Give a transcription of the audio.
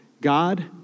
God